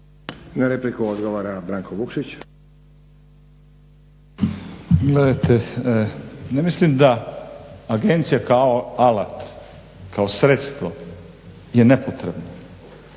laburisti - Stranka rada)** Gledajte, ne mislim da agencija kao alat kao sredstvo je nepotrebna